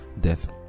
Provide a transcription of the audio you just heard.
death